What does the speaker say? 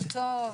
בוקר טוב,